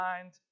mind